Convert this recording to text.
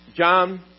John